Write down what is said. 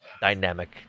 dynamic